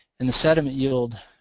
and the sediment yield,